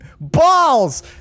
Balls